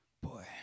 Boy